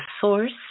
Source